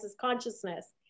consciousness